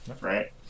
right